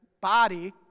body